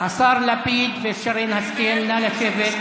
השר לפיד ושרן השכל, נא לשבת.